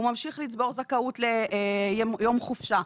הוא ממשיך לצבור זכאות ליום חופשה,